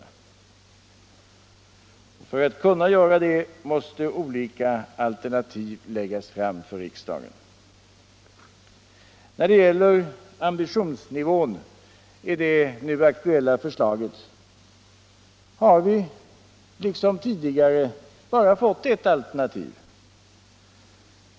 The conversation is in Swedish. För att riksdagen skall kunna göra det måste olika alternativ läggas fram. När det gäller ambitionsnivån i det nu aktuella förslaget har vi nu liksom tidigare bara fått err alternativ.